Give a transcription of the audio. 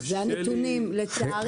אלה הנתונים, לצערי.